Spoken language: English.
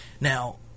Now